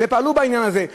ופעלו בעניין הזה.